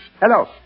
Hello